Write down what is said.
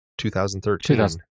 2013